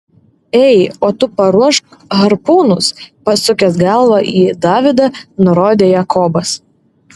ei o tu paruošk harpūnus pasukęs galvą į davidą nurodė jakobas